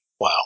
Wow